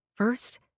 First